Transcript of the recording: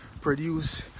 produce